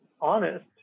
honest